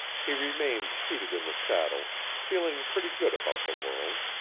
he remained seated in the saddle, feeling pretty good about the world.